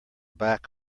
back